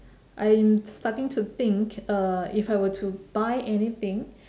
I'm starting to think uh if I were to buy anything